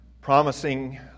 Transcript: promising